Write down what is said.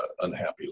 unhappy